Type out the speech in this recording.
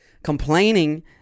Complaining